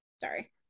sorry